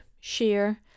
share